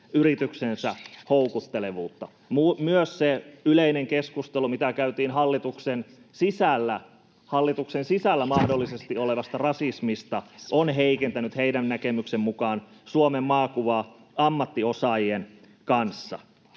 yrityksensä houkuttelevuutta. Myös se yleinen keskustelu, mitä käytiin hallituksen sisällä mahdollisesti olevasta rasismista, on heikentänyt heidän näkemyksensä mukaan Suomen maakuvaa ammattiosaajien kanssa.